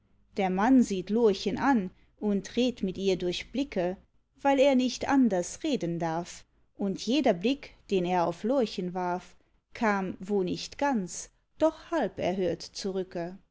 der mann sieht lorchen an und redt mit ihr durch blicke weil er nicht anders reden darf und jeder blick den er auf lorchen warf kam wo nicht ganz doch halb erhört zurücke